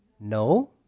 No